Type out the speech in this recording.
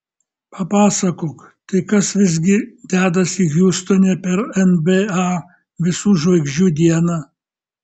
papasakok tai kas visgi dedasi hjustone per nba visų žvaigždžių dieną